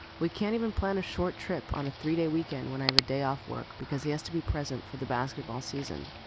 we can't even plan a short trip on a three day weekend when i have a day off work because he has to be present for the basketball season.